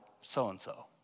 so-and-so